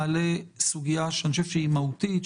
מעלה סוגיה מהותית,